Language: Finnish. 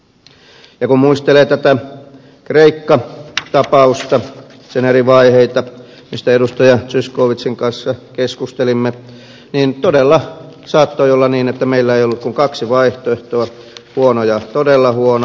ja kun muistelee tätä kreikka tapausta sen eri vaiheita joista edustaja zyskowiczin kanssa keskustelimme niin todella saattoi olla niin että meillä ei ollut kuin kaksi vaihtoehtoa huono ja todella huono